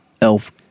elf